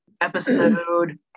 episode